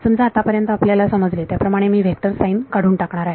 समजा आतापर्यंत आपल्याला समजले याप्रमाणे मी वेक्टर साईन काढून टाकणार आहे